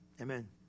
Amen